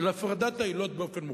של הפרדת העילות באופן מוחלט.